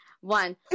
One